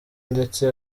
ndetse